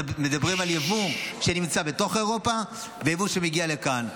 מדברים על יבוא בתוך אירופה ועל יבוא שמגיע לכאן.